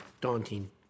daunting